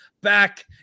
back